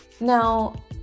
Now